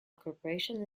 corporation